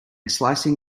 slicing